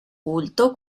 culto